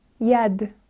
Yad